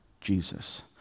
Jesus